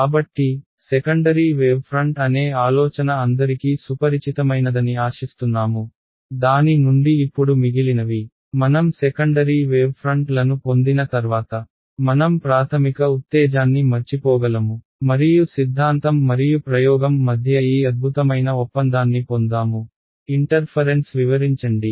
కాబట్టి secondary wave front అనే ఆలోచన అందరికీ సుపరిచితమైనదని ఆశిస్తున్నాము దాని నుండి ఇప్పుడు మిగిలినవి మనం సెకండరీ వేవ్ ఫ్రంట్లను పొందిన తర్వాత మనం ప్రాథమిక ఉత్తేజాన్ని మర్చిపోగలము మరియు సిద్ధాంతం మరియు ప్రయోగం మధ్య ఈ అద్భుతమైన ఒప్పందాన్ని పొందాము ఇంటర్ఫరెన్స్ వివరించండి